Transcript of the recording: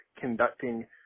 conducting